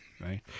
Right